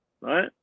right